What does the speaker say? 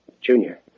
Junior